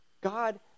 God